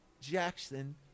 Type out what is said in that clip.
Jackson